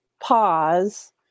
pause